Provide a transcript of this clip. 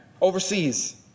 overseas